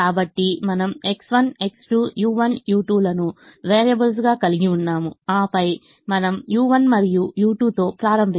కాబట్టి మనము X1X2u1 u2 లను వేరియబుల్స్గా కలిగి ఉన్నాము ఆపై మనము u1 మరియు u2 తో ప్రారంభిద్దాం